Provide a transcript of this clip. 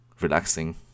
relaxing